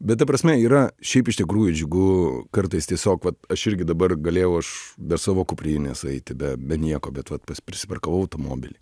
bet ta prasme yra šiaip iš tikrųjų džiugu kartais tiesiog vat aš irgi dabar galėjau aš be savo kuprinės aiti be be nieko bet vat pas prisiparkavau automobilį